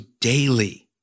daily